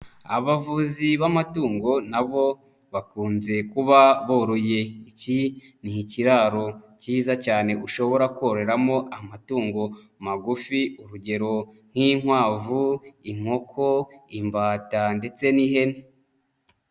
Abavuzi b'amatungo nabo bakunze kuba boroye, iki ni ikiraro cyiza cyane ushobora kororamo amatungo magufi urugero nk'inkwavu, inkoko, imbata ndetse n'ihene.